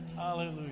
Hallelujah